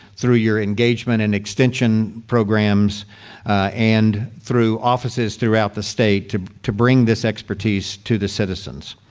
through your engagement and extension programs and through offices throughout the state to to bring this expertise to the citizens.